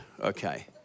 okay